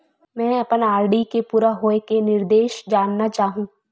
मैं अपन आर.डी के पूरा होये के निर्देश जानना चाहहु